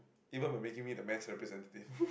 even by making me the math representative